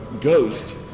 Ghost